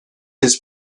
his